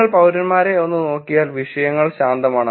നിങ്ങൾ പൌരന്മാരെ ഒന്ന് നോക്കിയാൽ വിഷയങ്ങൾ ശാന്തമാണ്